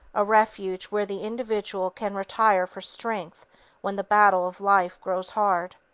a refuge where the individual can retire for strength when the battle of life grows hard.